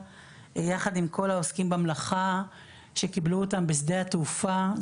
יחד עם כל העוסקים במלאכה שקיבלו אותם בשדה התעופה,